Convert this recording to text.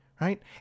Right